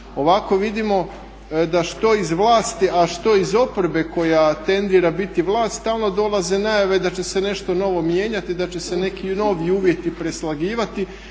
Ovako vidimo da što iz vlasti, a što iz oporbe koja tendira biti vlast stalno dolaze najave da će se nešto novo mijenjati, i da će se neki novi uvjeti preslagivati